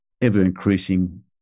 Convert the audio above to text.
ever-increasing